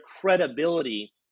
credibility